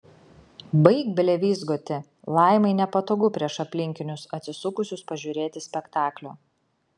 baik blevyzgoti laimai nepatogu prieš aplinkinius atsisukusius pažiūrėti spektaklio